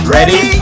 Ready